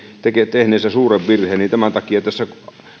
tehneensä suuren virheen tämän takia tässä